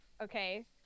Okay